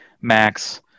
Max